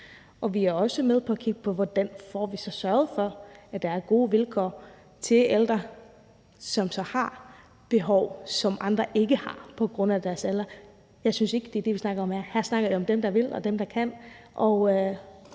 vi er også med på at kigge på, hvordan vi så får sørget for, at der er gode vilkår for ældre, der så har nogle behov, som andre ikke har, på grund af deres alder. Men jeg synes ikke, at det er det, vi snakker om her. Her snakker vi om dem, der vil, og dem, der kan,